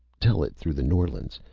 tell it through the norlands,